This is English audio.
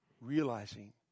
realizing